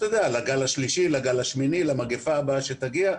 לגל השלישי, לגל השמיני, למגיפה הבאה שתגיע?